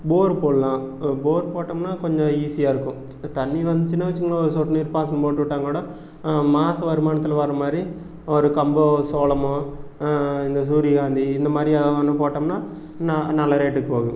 போர் போடுலாம் போர் போட்டம்னா கொஞ்சம் ஈஸியாருக்கும் இப்போ தண்ணி வந்துச்சுன்னா வெச்சுக்கோங்க சொட்டு நீர் பாசனம் போட்டுவிட்டா கூட மாச வருமானத்தில் வரமாதிரி ஒரு கம்போ சோளமோ இந்த சூரியகாந்தி இந்தமாதிரி ஏதாவது ஒன்று போட்டோம்னா ந நல்ல ரேட்டுக்கு போகும்